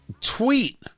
tweet